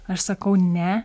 aš sakau ne